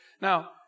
Now